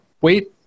wait